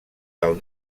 del